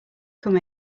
come